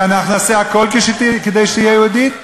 ואנחנו נעשה הכול כדי שתהיה יהודית.